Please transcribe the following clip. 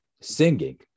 singing